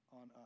on